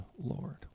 Lord